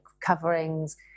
coverings